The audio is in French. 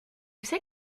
sais